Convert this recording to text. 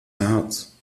herz